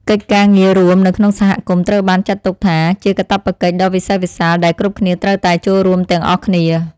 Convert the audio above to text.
កិច្ចការងាររួមនៅក្នុងសហគមន៍ត្រូវបានចាត់ទុកថា ជាកាតព្វកិច្ចដ៏វិសេសវិសាលដែលគ្រប់គ្នាត្រូវតែចូលរួមទាំងអស់គ្នា។